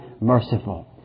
merciful